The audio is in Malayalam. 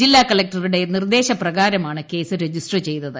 ജില്ലാ കളക്ടറുടെ നിർദ്ദേക പ്രകാരമാണ് കേസ് രജിസ്റ്റർ ചെയ്തത്